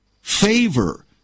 Favor